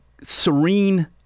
serene